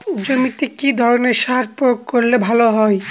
জমিতে কি ধরনের সার প্রয়োগ করলে ভালো হয়?